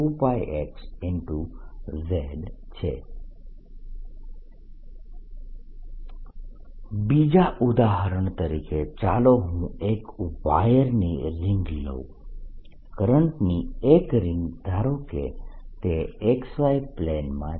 Bx 02πxI z બીજા ઉદાહરણ તરીકે ચાલો હું એક વાયરની રીંગ લઉં કરંટની એક રીંગ ધારો કે તે XY પ્લેનમાં છે